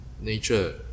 nature